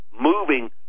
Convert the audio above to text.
moving